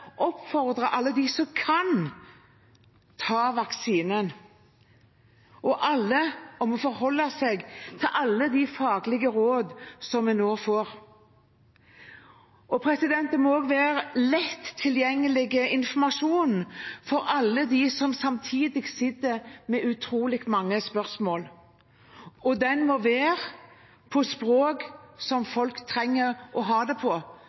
oppfordre alle dem som kan, om å ta vaksinen, og alle om å forholde seg til alle de faglige råd vi nå får. Det må også være lett tilgjengelig informasjon for alle dem som sitter med utrolig mange spørsmål. Den informasjonen må være på det språket som folk trenger å ha det på